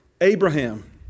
Abraham